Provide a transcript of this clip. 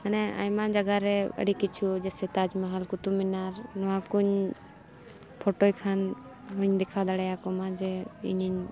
ᱢᱟᱱᱮ ᱟᱭᱢᱟ ᱨᱮ ᱡᱟᱭᱜᱟᱨᱮ ᱟᱹᱰᱤ ᱠᱤᱪᱷᱩ ᱡᱮ ᱥᱮ ᱛᱟᱡ ᱢᱟᱦᱚᱞ ᱥᱮ ᱠᱩᱛᱩᱵ ᱢᱤᱱᱟᱨ ᱱᱚᱣᱟ ᱠᱩᱧ ᱯᱷᱚᱴᱳᱭ ᱠᱷᱟᱱ ᱦᱚᱸᱧ ᱫᱮᱠᱷᱟᱣ ᱫᱟᱲᱮᱭᱟᱠᱚ ᱢᱟ ᱡᱮ ᱤᱧᱤᱧ